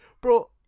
bro